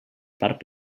part